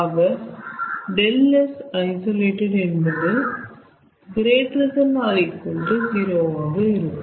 ஆக ∆Sisolated என்பது ≥0 ஆக இருக்கும்